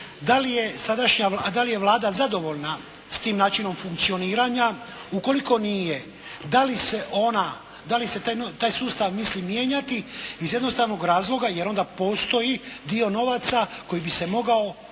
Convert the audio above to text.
da li je Vlada zadovoljna s tim načinom funkcioniranja. Ukoliko nije da li se taj sustav misli mijenjati iz jednostavnog razloga jer onda postoji dio novaca koji bi se mogao odmah